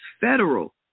federal